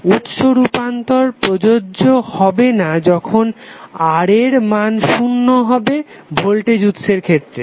উৎস রূপান্তর প্রযোজ্য হবে না যখন R এর মান শুন্য হবে ভোল্টেজ উৎসের ক্ষেত্রে